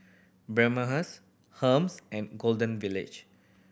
Bioderma Hermes and Golden Village